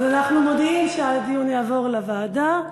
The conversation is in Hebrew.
אז אנחנו מודיעים שהדיון יעבור לוועדה,